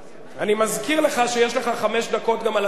אני מזכיר לך שיש לך אחר כך גם חמש דקות על הדוכן.